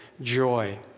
joy